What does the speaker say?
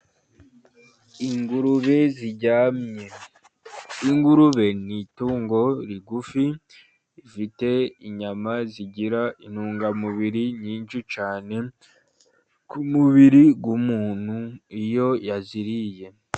Ingurube ziryamye, ingurube n'itungo rigufi rifite inyama zigira intungamubiri nyinshi cyane, ku mubiri w'umuntu iyo yaziriye.